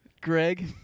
Greg